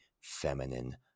feminine